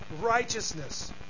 righteousness